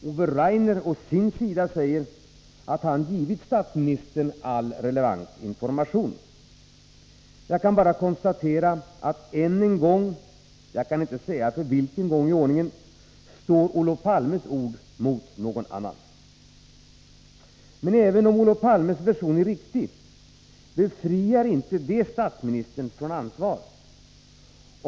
Ove Rainer å sin sida säger att han givit statsministern all relevant information. Jag kan bara konstatera att än en gång — jag kan inte säga för vilken gång i ordningen — står Olof Palmes ord mot någon annans. Men även om Olof Palmes version är riktig befriar inte detta honom från ansvar.